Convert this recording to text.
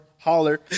holler